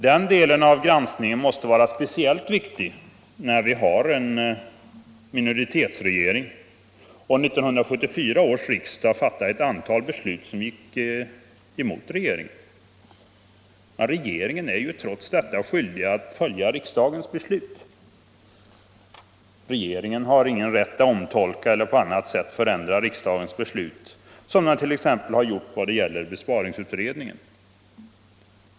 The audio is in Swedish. Den delen av granskningen måste vara speciellt viktig när vi har en minoritetsregering. 1974 års riksdag fattade ett antal beslut som gick emot regeringen, och regeringen är trots allt skyldig att följa riksdagens beslut. Regeringen har ingen rätt att omtolka eller på annat sätt förändra riksdagens beslut som den t.ex. har gjort vad gäller besparingsutredningen.